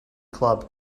club